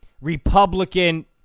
Republican